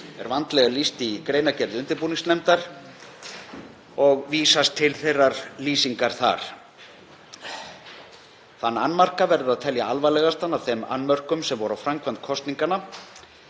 er vandlega lýst í greinargerð undirbúningsnefndarinnar og vísast til þess. Þann annmarka verður að telja alvarlegastan af þeim annmörkum sem voru á framkvæmd kosninganna.